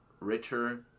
richer